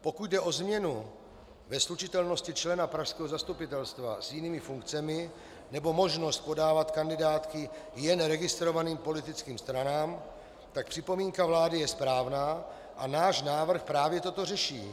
Pokud jde o změnu ve slučitelnosti člena pražského zastupitelstva s jinými funkcemi nebo možnost podávat kandidátky jen registrovaným politickým stranám, pak připomínka vlády je správná a náš návrh právě toto řeší.